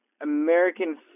American